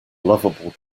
lovable